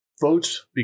votes